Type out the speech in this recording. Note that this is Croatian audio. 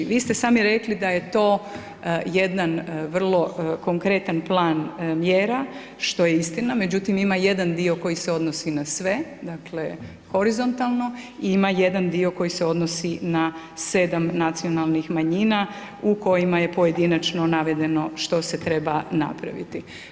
Vi ste sami rekli da je to jedan vrlo konkretan plan mjera, što je istina, međutim ima jedan dio koji se odnosi na sve, dakle, horizontalno i ima jedan dio koji se odnosi na 7 nacionalnih manjina u kojima je pojedinačno navedeno što se treba napraviti.